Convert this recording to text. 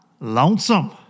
Lonesome